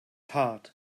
heart